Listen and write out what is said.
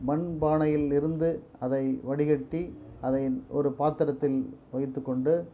மண்பானையிலிருந்து அதை வடிகட்டி அதை ஒரு பாத்திரத்தில் வைத்துக்கொண்டு